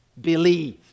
believe